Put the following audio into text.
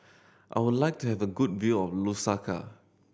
I would like to have good view of Lusaka